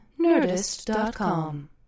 Nerdist.com